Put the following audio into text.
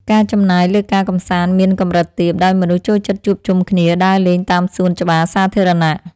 ការចំណាយលើការកម្សាន្តមានកម្រិតទាបដោយមនុស្សចូលចិត្តជួបជុំគ្នាដើរលេងតាមសួនច្បារសាធារណៈ។